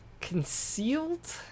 Concealed